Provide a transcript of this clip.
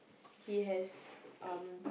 he has um